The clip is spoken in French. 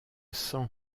sang